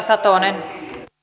arvoisa puhemies